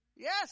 Yes